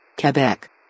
quebec